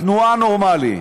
תנועה נורמלי,